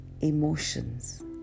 emotions